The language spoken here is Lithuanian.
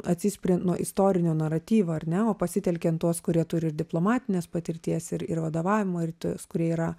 atsispirian nuo istorinio naratyvo ar ne o pasitelkiant tuos kurie turi ir diplomatinės patirties ir ir vadovavimo ir tuos kurie yra